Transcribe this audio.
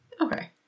okay